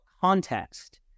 context